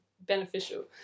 beneficial